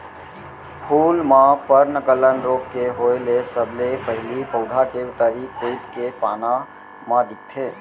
फूल म पर्नगलन रोग के होय ले सबले पहिली पउधा के तरी कोइत के पाना म दिखथे